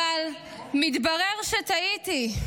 אבל מתברר שטעיתי.